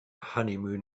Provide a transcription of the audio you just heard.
honeymoon